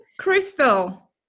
Crystal